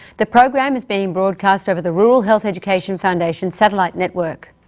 the program is being broadcast over the rural health education foundation satellite network.